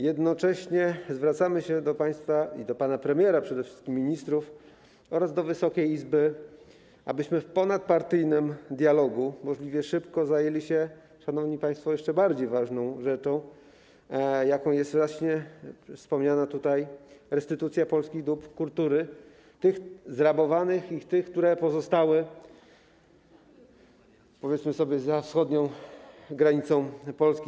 Jednocześnie zwracamy się do państwa i przede wszystkim do pana premiera, do ministrów oraz do Wysokiej Izby, abyśmy w ponadpartyjnym dialogu możliwie szybko zajęli się, szanowni państwo, jeszcze ważniejszą rzeczą, jaką jest właśnie wspomniana tutaj restytucja polskich dóbr kultury, tych zrabowanych i tych, które pozostały, powiedzmy sobie, za wschodnią granicą Polski.